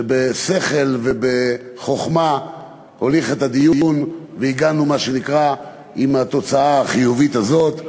שבשכל ובחוכמה הוליך את הדיון והגענו עם התוצאה החיובית הזאת,